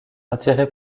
attirés